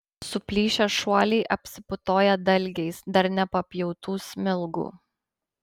suplyšę šuoliai apsiputoja dalgiais dar nepapjautų smilgų